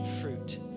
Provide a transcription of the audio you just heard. fruit